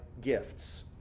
gifts